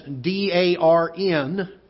D-A-R-N